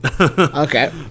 Okay